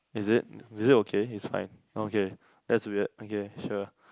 is it is it okay it's fine okay that's weird okay sure